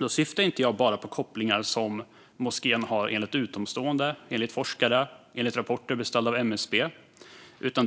Jag syftar då inte bara på kopplingar som moskén har enligt utomstående, enligt forskare och enligt rapporter beställda av MSB, utan